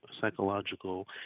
psychological